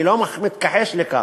אני לא מתכחש לכך.